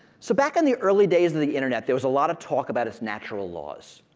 so back in the early days of the internet, there was a lot of talk about its natural laws.